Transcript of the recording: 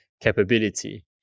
capability